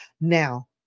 Now